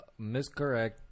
Miscorrect